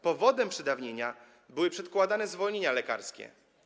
Powodem przedawnienia były przedkładane zwolnienia lekarskie.